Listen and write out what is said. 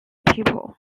people